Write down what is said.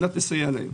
כדי לסייע להם.